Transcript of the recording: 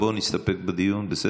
בואו נסתפק בדיון, בסדר?